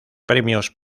premios